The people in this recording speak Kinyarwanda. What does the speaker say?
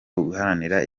uharanira